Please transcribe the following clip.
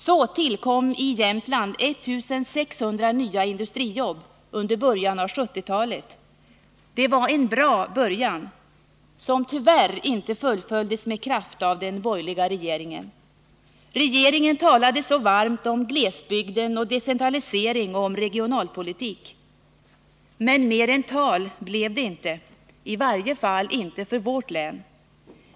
Så tillkom i Jämtland 1 600 nya industrijobb under början av 1970-talet. Det var en bra början som tyvärr inte fullföljdes med kraft av den borgerliga regeringen. Regeringen talade så varmt om glesbygden och decentralisering och om regionalpolitik. Men mer än tal blev det inte, i varje fall inte för vårt län.